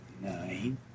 nine